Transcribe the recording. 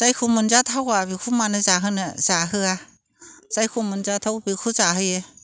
जायखौ मोनजाथावा बेखौ मानो जाहोनो जाहोआ जायखौ मोनजाथाव बेखौ जाहोयो